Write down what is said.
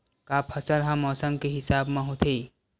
का फसल ह मौसम के हिसाब म होथे?